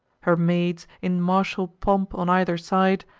her maids, in martial pomp, on either side,